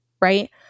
Right